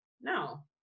no